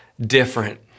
different